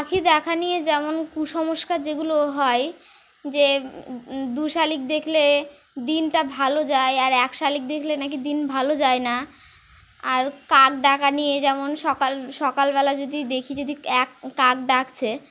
পাখি দেখা নিয়ে যেমন কুসংস্কার যেগুলো হয় যে দু শালিক দেখলে দিনটা ভালো যায় আর এক শালিক দেখলে নাকি দিন ভালো যায় না আর কাক ডাকা নিয়ে যেমন সকাল সকালবেলা যদি দেখি যদি এক কাক ডাকছে